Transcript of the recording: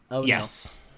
Yes